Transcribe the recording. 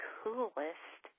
coolest